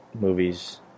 movies